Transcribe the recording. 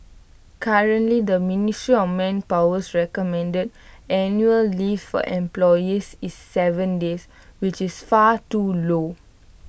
currently the ministry of Manpower's recommended annual leave for employees is Seven days which is far too low